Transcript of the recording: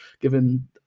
given